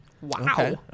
Wow